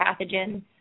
pathogens